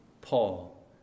Paul